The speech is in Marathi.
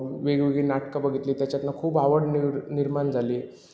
वेगवेगळी नाटकं बघितली त्याच्यातनं खूप आवड निर निर्माण झाली